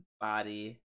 body